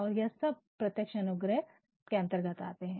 और यह सब प्रत्यक्ष अनुग्रह के अंतर्गत आते है